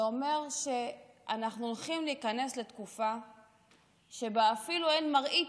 זה אומר שאנחנו הולכים להיכנס לתקופה שבה אפילו אין מראית